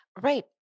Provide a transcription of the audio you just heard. Right